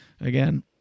again